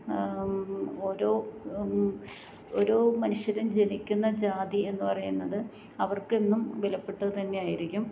ഓരോ ഓരോ മനുഷ്യനും ജനിക്കുന്ന ജാതിയെന്ന് പറയുന്നത് അവർക്കെന്നും വിലപ്പെട്ടത് തന്നെയായിരിക്കും